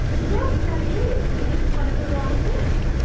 yes, there is. he makes fun of the wrong things.